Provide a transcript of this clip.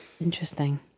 interesting